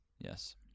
Yes